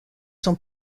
son